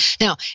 Now